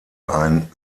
ein